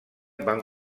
van